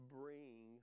bring